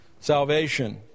salvation